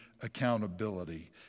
accountability